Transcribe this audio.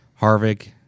harvick